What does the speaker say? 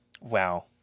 Wow